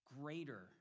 Greater